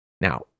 Now